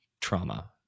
trauma